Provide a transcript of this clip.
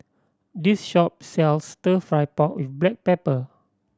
this shop sells Stir Fry pork with black pepper